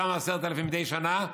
אותם 10,000 מדי שנה,